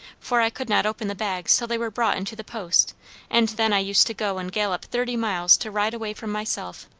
for i could not open the bags till they were brought into the post and then i used to go and gallop thirty miles to ride away from myself.